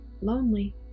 lonely